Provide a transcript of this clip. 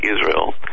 Israel